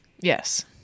Yes